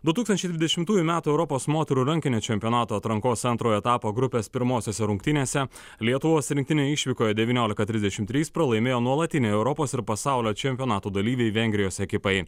du tūkstančiai dvidešimtųjų metų europos moterų rankinio čempionato atrankos antrojo etapo grupės pirmosiose rungtynėse lietuvos rinktinė išvykoje devyniolika trisdešim trys pralaimėjo nuolatinei europos ir pasaulio čempionato dalyvei vengrijos ekipai